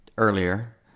Earlier